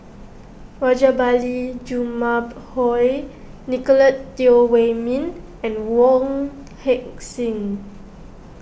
Rajabali Jumabhoy Nicolette Teo Wei Min and Wong Heck Sing